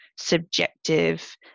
subjective